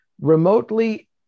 remotely